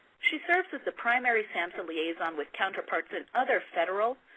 she serves as the primary samhsa liaison with counterparts in other federal,